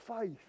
faith